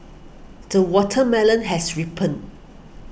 the watermelon has ripened